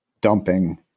dumping